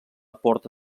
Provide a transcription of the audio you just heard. porta